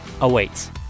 awaits